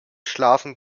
schlafen